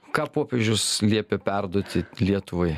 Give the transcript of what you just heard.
ką popiežius liepė perduoti lietuvai